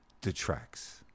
Detracts